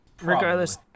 regardless